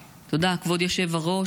תודה, כבוד היושב-ראש.